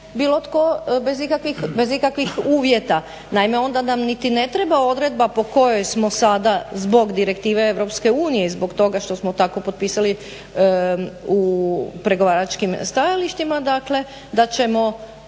bilo tko bez ikakvih uvjeta. Naime, onda nam niti ne treba odredba po kojoj smo sada zbog direktive Europske unije i zbog toga što smo tako potpisali u pregovaračkim stajalištima dakle